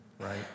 right